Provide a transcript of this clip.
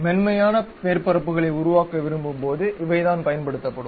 மென்மையான மேற்பரப்புகளை உருவாக்க விரும்பும்போது இவைதான் பயன்படுத்தபடும்